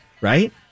right